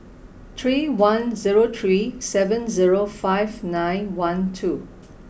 three one zero three seven zero five nine one two